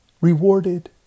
rewarded